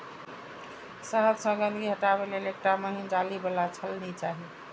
शहद सं गंदगी हटाबै लेल एकटा महीन जाली बला छलनी चाही